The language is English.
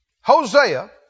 Hosea